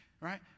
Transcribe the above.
right